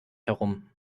herum